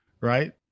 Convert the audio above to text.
Right